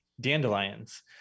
dandelions